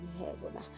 heaven